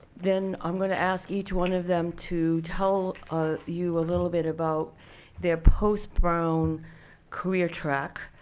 then i'm going to ask each one of them to tell you a little bit about their post-brown career track.